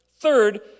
Third